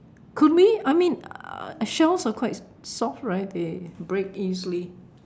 could be I mean uh shells are quite soft right they break easily